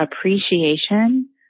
appreciation